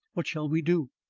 what shall we do?